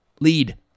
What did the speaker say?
lead